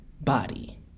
body